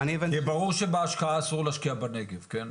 כי ברור שבהשקעה אסור להשקיע בנגב, כן?